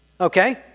Okay